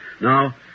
Now